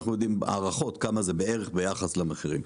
אנחנו יודעים בהערכות כמה זה בערך ביחס למחירים.